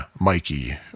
Mikey